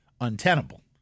untenable